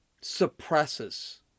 suppresses